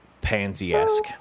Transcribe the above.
pansy-esque